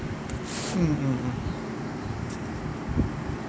mm mm mm